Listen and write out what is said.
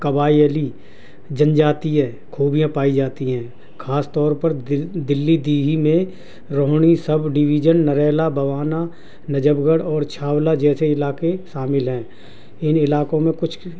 قبائلی جنجاتیاں خوبیاں پائی جاتی ہیں خاص طور پر دلی دیہی میں Rohini subdivision Narela Bawana Najafgarh اور چھاولہ جیسے علاقے شامل ہیں ان علاقوں میں کچھ